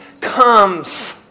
comes